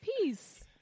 peace